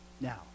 Now